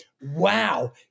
Wow